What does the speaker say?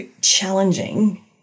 challenging